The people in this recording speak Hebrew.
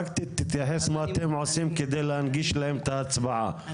תתייחס מה אתם עושים כדי להנגיש להם את ההצבעה,